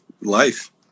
life